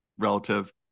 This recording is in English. relative